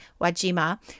Wajima